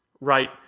right